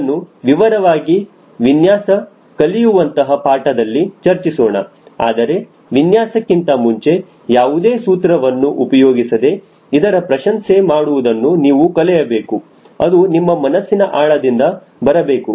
ಇದನ್ನು ವಿವರವಾಗಿ ವಿನ್ಯಾಸ ಕಲಿಯುವಂತಹ ಪಾಠದಲ್ಲಿ ಚರ್ಚಿಸೋಣ ಆದರೆ ವಿನ್ಯಾಸಕ್ಕಿಂತ ಮುಂಚೆ ಯಾವುದೇ ಸೂತ್ರವನ್ನು ಉಪಯೋಗಿಸದೆ ಇದರ ಪ್ರಶಂಸೆ ಮಾಡುವುದನ್ನು ನೀವು ಕಲಿಯಬೇಕು ಅದು ನಿಮ್ಮ ಮನಸ್ಸಿನ ಆಳದಿಂದ ಬರಬೇಕು